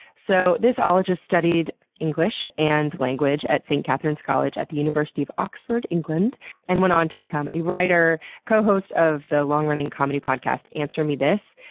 so this ologist studied english and language at st. catherine's college and the university of oxford, england and went on to become a writer, co-host of the long-running comedy podcast answer me this.